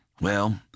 Well